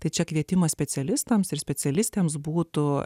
tai čia kvietimas specialistams ir specialistams būtų